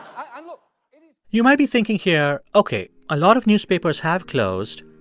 um you might be thinking here ok, a lot of newspapers have closed,